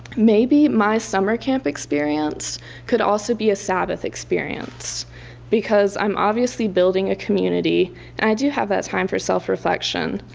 maybe my summer camp experience could also be a sabbath experience because i'm obviously building a community and i do have that time for self reflection.